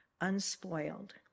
unspoiled